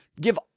give